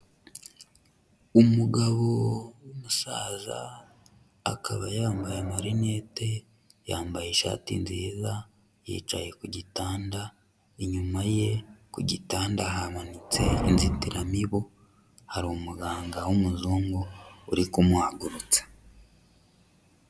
Umugabo w'umusaza akaba yambaye amarinete, yambaye ishati nziza, yicaye ku gitanda, inyuma ye ku gitanda hamanitse inzitiramibu, hari umuganga w'umuzungu uri kumuhagurutsa.